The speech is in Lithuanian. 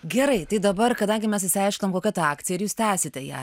gerai tai dabar kadangi mes išsiaiškinom kokia ta akcija ir jūs tęsite ją